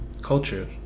culture